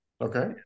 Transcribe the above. Okay